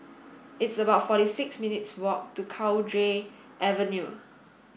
it's about forty six minutes' walk to Cowdray Avenue